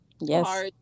Yes